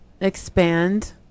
expand